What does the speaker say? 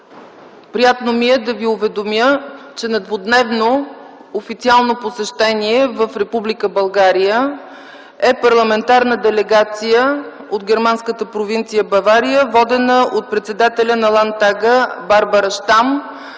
приятно ми е да ви уведомя, че на двудневно официално посещение в Република България е парламентарна делегация от Германската провинция Бавария, водена от председателя на Ландтага Барбара Щам.